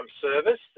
service